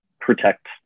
protect